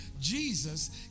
Jesus